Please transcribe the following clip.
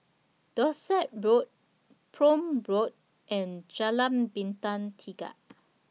Dorset Road Prome Road and Jalan Bintang Tiga